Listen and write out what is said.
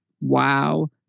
wow